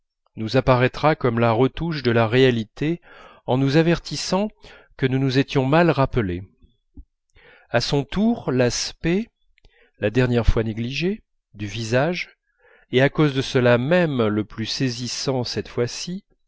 nous apparaîtra comme la retouche de la réalité en nous avertissant que nous nous étions mal rappelés à son tour l'aspect la dernière fois négligé du visage et à cause de cela même le plus saisissant cette fois-ci